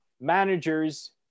managers